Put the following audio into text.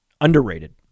underrated